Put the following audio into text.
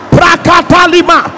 Prakatalima